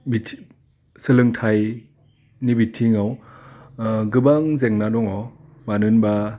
सोलोंथाइनि बिथिङाव गोबां जेंना दङ मानो होनबा